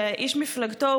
שאיש מפלגתו,